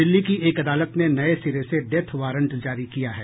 दिल्ली की एक अदालत ने नये सिरे से डेथ वारंट जारी किया है